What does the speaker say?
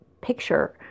picture